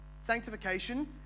sanctification